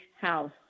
house